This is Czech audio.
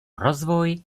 rozvoj